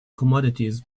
commodities